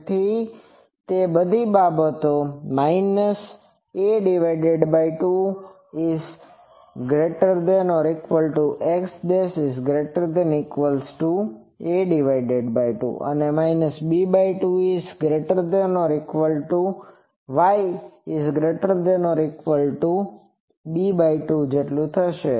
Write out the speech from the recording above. તેથી તે બધી બાબતો a2x≤ a2 અને b2y≤ b2 થશે